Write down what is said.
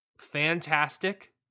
fantastic